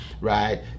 right